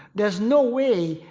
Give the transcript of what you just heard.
there is no way,